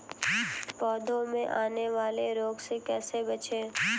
पौधों में आने वाले रोग से कैसे बचें?